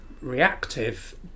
reactive